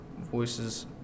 voices